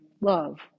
love